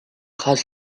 has